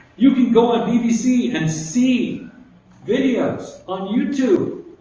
you can go on bbc and see videos on youtube,